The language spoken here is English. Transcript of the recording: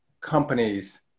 companies